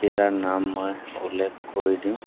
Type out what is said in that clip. কেইটাৰ নাম মই উল্লেখ কৰি দিওঁ